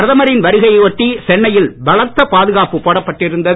பிரதமரின் வருகையை ஒட்டி சென்னையில் பலத்த பாதுகாப்பு போடப்பட்டிருந்தது